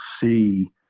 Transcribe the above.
see